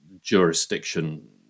jurisdiction